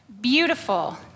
beautiful